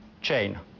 chain